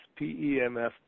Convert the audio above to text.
PEMF